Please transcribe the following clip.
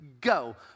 go